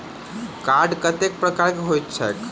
Card कतेक प्रकारक होइत छैक?